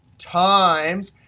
times,